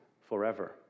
forever